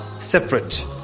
Separate